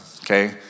okay